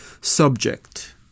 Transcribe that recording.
subject